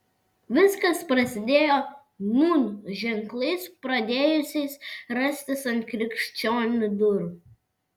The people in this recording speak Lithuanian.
viskas prasidėjo nūn ženklais pradėjusiais rastis ant krikščionių durų